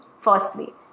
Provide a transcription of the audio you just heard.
firstly